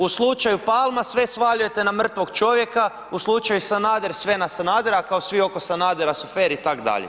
U slučaju Palma sve svaljujete na mrtvog čovjeka u slučaju Sanader sve na Sanadera, a kao svi oko Sanadera su fer i tak dalje.